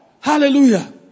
Hallelujah